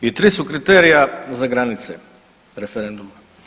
I tri su kriterija za granice referenduma.